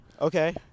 Okay